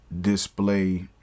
display